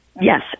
yes